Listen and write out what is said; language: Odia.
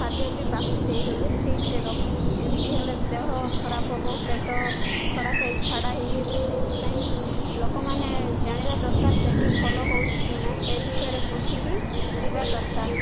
ଖାଦ୍ୟ ବି ବାସି ଦେଇ ଦଉଛ ଫ୍ରିଜ୍ରେ ରଖିକି ଏମିତି ହେଲେ ଦେହ ଖରାପ ହବ ପେଟ ଖରାପ ହେଇ ଛାଡ଼ା ହେଇଯିବ ସେଇଥିପାଇଁ ଲୋକମାନେ ଜାଣିବା ଦରକାର ସେଇଠି ଭଲ ହେଉଛି କି ନାହିଁ ଏ ବିଷୟରେ ବୁଝିକି ଯିବା ଦରକାର